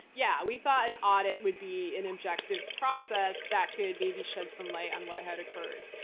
yeah. we thought an audit would be an objective process that could maybe shed some light on what had occurred